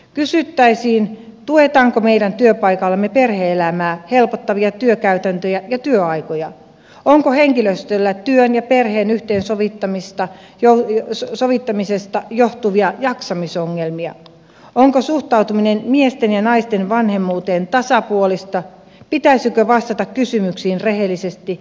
kysyttäisiin tuetaanko meidän työpaikallamme perhe elämää helpottavia työkäytäntöjä ja työaikoja onko henkilöstöllä työn ja perheen yhteensovittamisesta johtuvia jaksamisongelmia onko suhtautuminen miesten ja naisten vanhemmuuteen tasapuolista pitää sitä vastata kysymyksiin rehellisesti